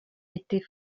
était